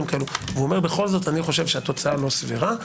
ואומר בכל זאת אני חושב שהתוצאה לא סבירה,